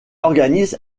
organise